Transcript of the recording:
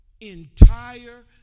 entire